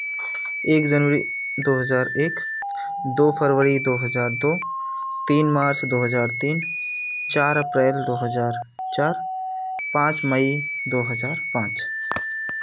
एक जनवरी दो हज़ार एक दो फरवरी दो हज़ार दो तीन मार्च दो हज़ार तीन चार अप्रैल दो हज़ार चार पाँच मई दो हज़ार पाँच